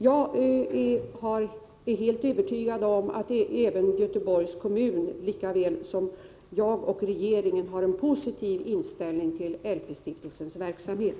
Jag är helt övertygad om att Göteborgs kommun likaväl som jag och regeringen har en positiv inställning till LP-stiftelsens verksamhet.